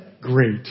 great